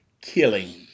killing